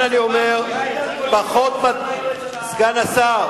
סגן השר